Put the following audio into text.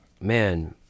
man